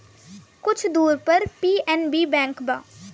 कुछ दूर पर पी.एन.बी बैंक बा